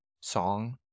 song